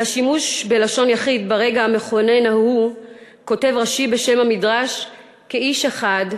על השימוש בלשון יחיד ברגע המכונן ההוא כותב רש"י בשם המדרש: "כאיש אחד,